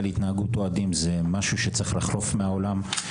התנהגות אוהדים זה משהו שצריך לחלוף מהעולם.